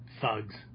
thugs